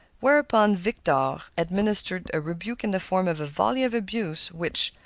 whereupon victor administered a rebuke in the form of a volley of abuse, which,